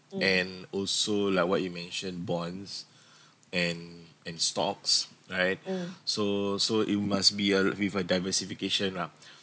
and also like what you mentioned bonds and and stocks right so so it must be a with a diversification lah